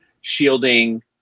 shielding